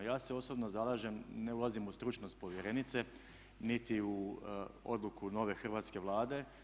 Ja se osobno zalažem, ne ulazim u stručnost povjerenice niti u odluku nove hrvatske Vlade.